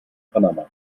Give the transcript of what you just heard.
panama